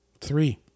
Three